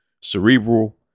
cerebral